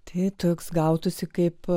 tai toks gautųsi kaip